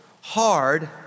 hard